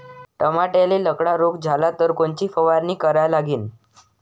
टमाट्याले लखड्या रोग झाला तर कोनची फवारणी करा लागीन?